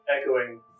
echoing